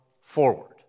forward